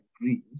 agree